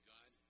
God